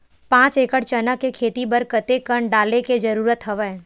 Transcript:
पांच एकड़ चना के खेती बर कते कन डाले के जरूरत हवय?